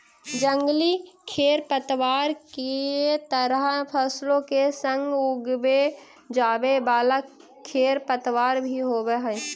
जंगली खेरपतवार के तरह फसलों के संग उगवे जावे वाला खेरपतवार भी होवे हई